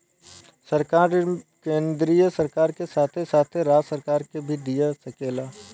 सरकारी ऋण केंद्रीय सरकार के साथे साथे राज्य सरकार के भी दिया सकेला